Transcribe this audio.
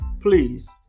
please